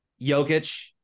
Jokic